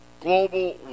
global